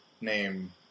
name